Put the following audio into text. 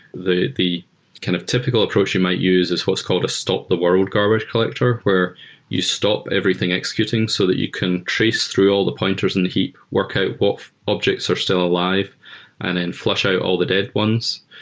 the the kind of typical approach you might use is what's called a stop the world garbage collector, where you stop everything executing so that you can trace through all the pointers in the heap. workout what objects are still alive and then fl ush out all the dead ones.